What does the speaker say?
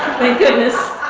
goodness.